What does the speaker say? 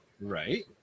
Right